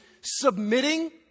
submitting